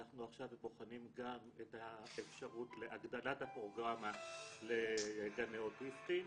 אנחנו עכשיו בוחנים גם את האפשרות להגדלת הפרוגרמה לגני אוטיסטים,